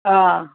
हा